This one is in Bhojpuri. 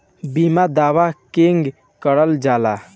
बीमा दावा केगा करल जाला?